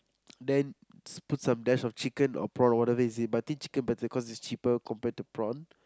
then puts some dash of chicken or prawn whatever it is but I think chicken better cause it is cheaper compared to prawn